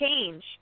change